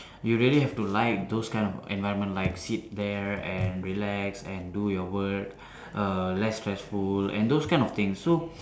you really have to like those kind of environment like sit there and relax and do your work err less stressful and those kind of things so